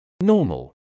Normal